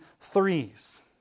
threes